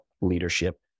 leadership